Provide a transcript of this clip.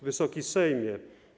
Wysoki Sejmie!